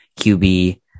QB